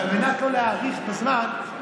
ועל מנת לא להאריך בזמן.